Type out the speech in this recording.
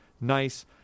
nice